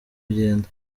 kugenda